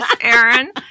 Aaron